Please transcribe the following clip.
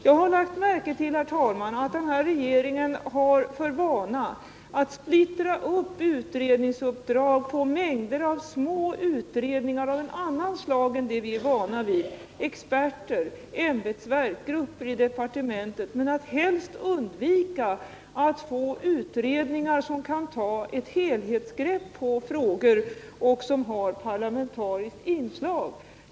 Jag har lagt märke till att den nuvarande regeringen har för vana att splittra upp utredningsuppdrag på mängder av små utredningar av ett annat slag än det vi är vana vid — experter, ämbetsverk, grupper i departementen — men helst undviker att få utredningar som kan ta ett helhetsgrepp på frågorna och som har ett parlamentariskt inslag.